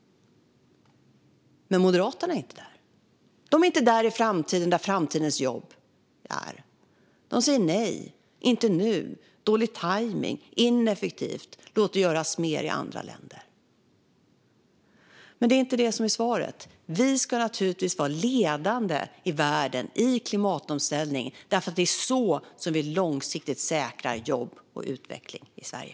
Men Moderaterna är inte där. De är inte där framtidens jobb finns. De säger nej, inte nu, att det är dålig tajmning och att det är ineffektivt. De säger: Låt mer göras i andra länder! Det är dock inte det som är svaret. Vi ska naturligtvis vara ledande i världen i klimatomställningen, för det är så vi långsiktigt säkrar jobb och utveckling i Sverige.